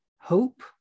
hope